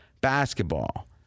basketball